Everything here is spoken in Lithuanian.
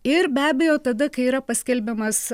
ir be abejo tada kai yra paskelbiamas